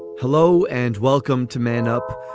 hello and welcome to man up.